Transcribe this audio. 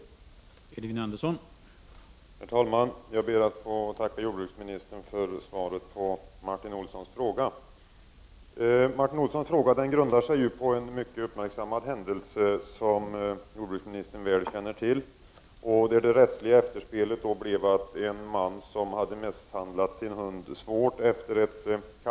Då Martin Olsson, som framställt frågan, anmält att han var förhindrad att närvara vid sammanträdet, medgav talmannen att Elving Andersson i stället fick delta i överläggningen.